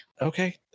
Okay